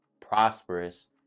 prosperous